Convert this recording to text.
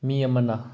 ꯃꯤ ꯑꯃꯅ